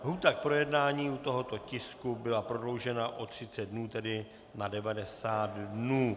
Lhůta k projednání u tohoto tisku byla prodloužena o 30 dnů, tedy na 90 dnů.